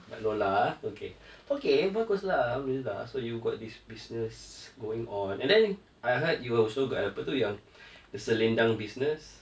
but no lah ah okay okay bagus lah alhamdulillah so you got this business going on and then I heard you also got apa tu yang the selendang business